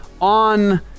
on